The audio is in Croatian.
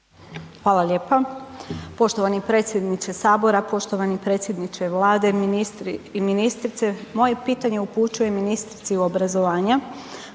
Hvala lijepa. Poštovani predsjedniče HS, poštovani predsjedniče Vlade, ministri i ministrice, moje pitanje upućujem ministrici obrazovanja.